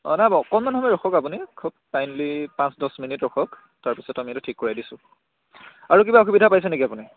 অঁ নাই বাৰু অকমান সময় ৰখক আপুনি কাইণ্ডলি পাঁচ দছ মিনিট ৰখক তাৰপিছত আমি এইটো ঠিক কৰাই দিছোঁ আৰু কিবা অসুবিধা পাইছে নেকি আপুনি